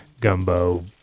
gumbo